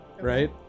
right